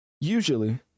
usually